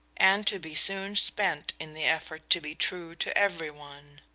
and to be soon spent in the effort to be true to every one.